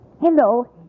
Hello